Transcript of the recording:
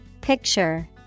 Picture